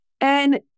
and-